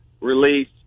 release